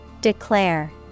Declare